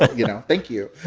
ah you know, thank you.